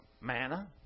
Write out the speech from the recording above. Manna